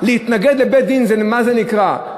להתנגד לבית-דין, זה, מה זה נקרא?